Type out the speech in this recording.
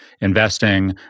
investing